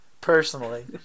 personally